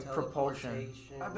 propulsion